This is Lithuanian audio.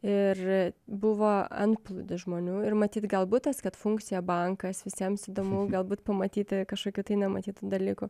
ir buvo antplūdis žmonių ir matyt galbūt tas kad funkcija bankas visiems įdomu galbūt pamatyti kažkokių tai nematytų dalykų